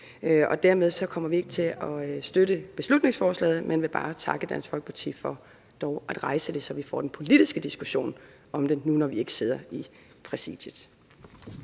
FN. Dermed kommer vi ikke til at støtte beslutningsforslaget, men vil bare takke Dansk Folkeparti for dog at rejse det, så vi får den politiske diskussion om det nu, når vi ikke sidder i Præsidiet.